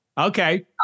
Okay